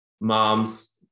Mom's